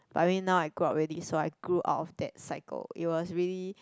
but I mean now I grow up already so I grew out of that cycle it was really